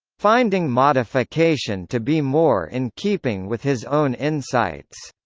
finding modification to be more in keeping with his own insights.